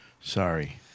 sorry